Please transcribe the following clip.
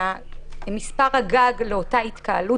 מספר הגג לאותה התקהלות